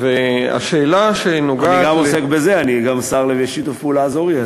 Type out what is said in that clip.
אני גם עוסק בזה, אני השר לשיתוף פעולה אזורי.